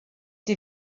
die